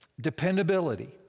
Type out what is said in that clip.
dependability